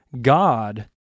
God